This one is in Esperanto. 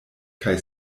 kaj